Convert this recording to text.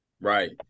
Right